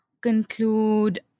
conclude